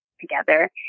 together